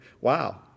Wow